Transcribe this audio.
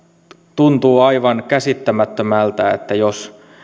tuntuu aivan käsittämättömältä että jos